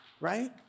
right